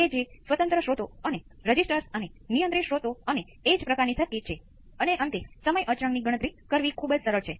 તેથી આ ફેસનું મૂલ્ય કહે છે અને આ પરિબળ જે એમ્પ્લિટ્યુડ બદલાય છે